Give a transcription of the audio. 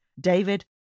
David